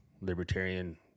libertarian